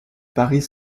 paris